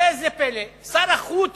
ראה זה פלא, שר החוץ